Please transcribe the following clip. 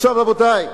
עכשיו, רבותי,